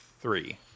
three